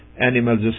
animals